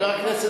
ולכן,